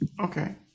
Okay